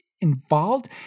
involved